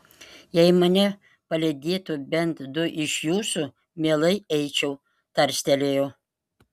jei mane palydėtų bent du iš jūsų mielai eičiau tarstelėjo